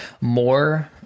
more